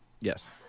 Yes